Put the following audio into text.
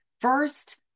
First